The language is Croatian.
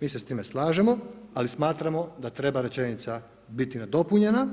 Mi se s time slažemo, ali smatramo da treba rečenica biti nadopunjena